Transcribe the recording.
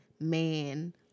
man